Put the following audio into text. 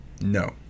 No